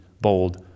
bold